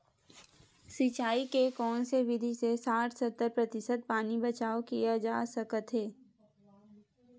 सिंचाई के कोन से विधि से साठ सत्तर प्रतिशत पानी बचाव किया जा सकत हे?